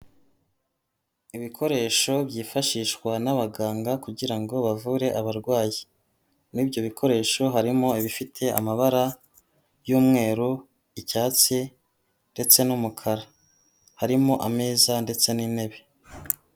Ibikoresho byifashishwa n'abaganga kugira ngo bavure abarwayi, muri ibyo bikoresho harimo ibifite amabara y'umweru, icyatsi ndetse n'umukara, harimo ameza ndetse n'intebe.